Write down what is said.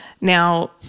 Now